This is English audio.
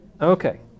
okay